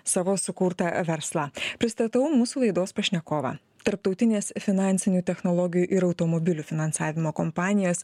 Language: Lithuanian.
savo sukurtą verslą pristatau mūsų laidos pašnekovą tarptautinės finansinių technologijų ir automobilių finansavimo kompanijos